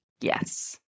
Yes